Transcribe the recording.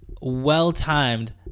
well-timed